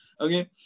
Okay